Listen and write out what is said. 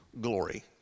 glory